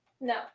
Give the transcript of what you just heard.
No